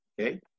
Okay